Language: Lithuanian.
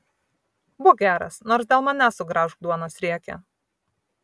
būk geras nors dėl manęs sugraužk duonos riekę